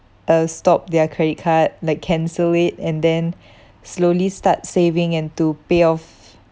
uh stop their credit card like cancel it and then slowly start saving and to pay off